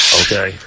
okay